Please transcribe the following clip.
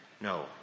No